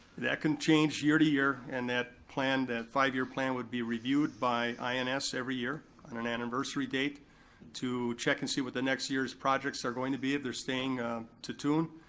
that can change year to year, and that plan, that five-year plan would be reviewed by ins every year on an anniversary date to check and see what the next year's projects are going to be, if they're staying to tune,